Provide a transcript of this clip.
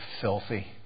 filthy